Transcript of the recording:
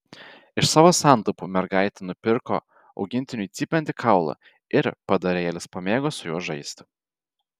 iš savo santaupų mergaitė nupirko augintiniui cypiantį kaulą ir padarėlis pamėgo su juo žaisti